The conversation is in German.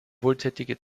wohltätige